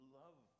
love